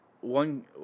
one